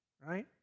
right